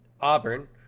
Auburn